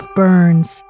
burns